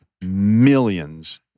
millions